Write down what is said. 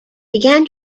began